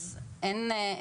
אז אין.